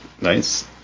Nice